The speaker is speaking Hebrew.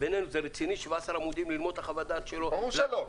ביננו זה רציני ללמוד חוות דעת של 17 עמודים --- ברור שלא.